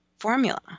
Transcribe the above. formula